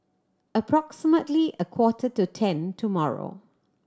approximately a quarter to ten tomorrow